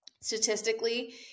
statistically